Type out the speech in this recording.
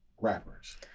...rappers